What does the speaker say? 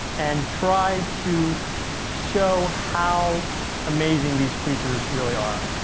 and try to show how amazing these creatures really are!